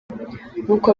nkuko